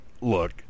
look